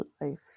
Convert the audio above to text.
life